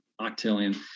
octillion